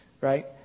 right